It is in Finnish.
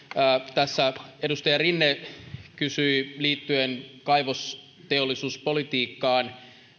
tässä edustaja rinne kysyi kysymyksen liittyen kaivosteollisuuspolitiikkaan